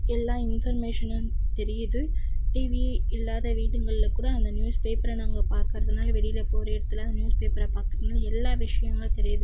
எல்லா இன்ஃபர்மேஷனும் தெரியுது டிவி இல்லாத வீடுகள்ல கூட அந்த நியூஸ் பேப்பரை நாங்கள் பார்க்கறதுனால வெளியில் போகிற இடத்துல அந்த நியூஸ் பேப்பரை பார்க்கறதுனால எல்லா விஷயங்கள் தெரியுது